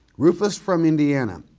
rufus from indiana,